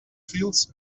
fields